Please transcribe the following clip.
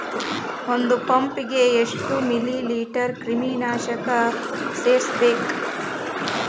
ಒಂದ್ ಪಂಪ್ ಗೆ ಎಷ್ಟ್ ಮಿಲಿ ಲೇಟರ್ ಕ್ರಿಮಿ ನಾಶಕ ಸೇರಸ್ಬೇಕ್?